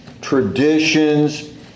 traditions